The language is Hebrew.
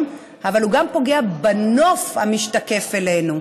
אבל הם גם פוגעים בנוף המשתקף אלינו.